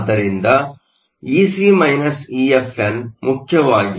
ಆದ್ದರಿಂದ EC EFN ಮುಖ್ಯವಾಗಿ 0